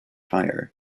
higher